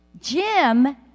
Jim